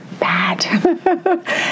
bad